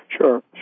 Sure